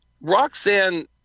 Roxanne